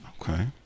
okay